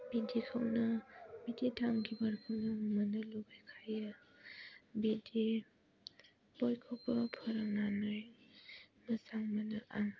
बिदिखौनो बिदि थांखिफोरखौनो मोननो लुबैखायो बिदि बयखौबो फोरोंनानै मोजां मोनो आं